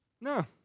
No